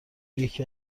یکی